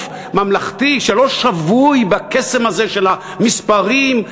ממלכתי שלא שבוי בקסם הזה של המספרים,